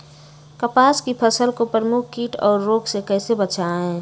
कपास की फसल को प्रमुख कीट और रोग से कैसे बचाएं?